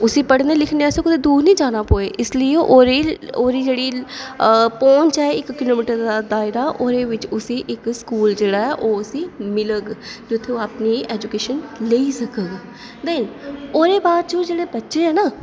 उसी पढ़ने लिखने आस्तै दूर निं जाना प'वै ओह्दे आस्तै ओह्दी जेह्ड़ी पौंह्च ऐ इक्क दायरा ऐ ओह् इक्क किलोमीटर दे दायरे च इक्क जेह्ड़ा स्कूल ओह् उसगी मिलग जित्थें ओह् अपनी ऐजूकेशन लेई सक्कग नेईं ओह्दे बाद ओह् जेह्ड़े बच्चे ऐ ना